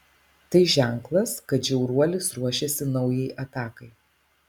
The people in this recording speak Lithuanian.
tai ženklas kad žiauruolis ruošiasi naujai atakai